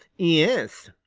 yes,